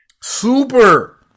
Super